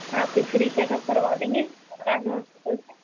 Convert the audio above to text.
आपके free checkup करवा देंगे सरकारी होस्पिटल से